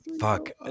Fuck